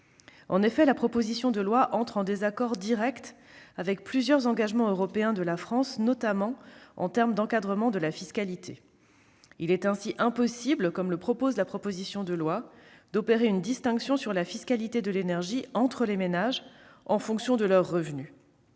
En effet, la proposition de loi entre en désaccord direct avec plusieurs engagements européens de la France, notamment en termes d'encadrement de la fiscalité. Il est ainsi impossible, en matière de fiscalité de l'énergie, d'opérer une distinction entre les ménages en fonction de leurs revenus,